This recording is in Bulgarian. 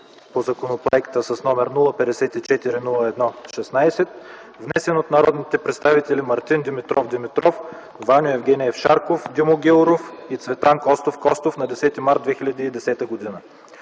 по законопроекта с № 054-01-16, внесен от народните представители Мартин Димитров Димитров, Ваньо Евгениев Шарков, Димо Георгиев Гяуров и Цветан Костов Костов на 10 март 2010 г.